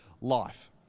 life